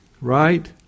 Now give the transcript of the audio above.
Right